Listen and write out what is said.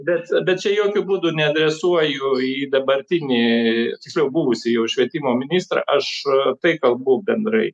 bet bet čia jokiu būdu neadresuoju į dabartinį tiksliau buvusį jau švietimo ministrą aš tai kalbu bendrai